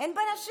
אין בה נשים.